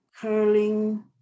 curling